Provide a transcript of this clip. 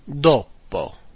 dopo